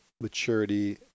maturity